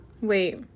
wait